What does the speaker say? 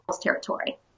territory